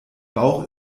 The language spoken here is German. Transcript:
bauch